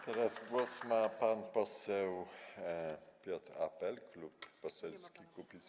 Teraz głos ma pan poseł Piotr Apel, Klub Poselski Kukiz’15.